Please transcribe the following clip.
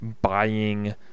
buying